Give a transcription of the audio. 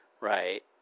right